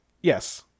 Yes